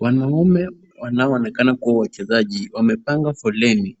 Wanaume wanao onekana kuwa wachezaji wamepanga foleni.